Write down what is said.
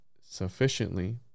sufficiently